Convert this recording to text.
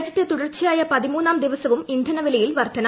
രാജ്യത്ത് തുടർച്ചയായ പതിമൂന്നാം ദിവസവും ഇന്ധനവിലയിൽ വർദ്ധന